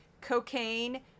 cocaine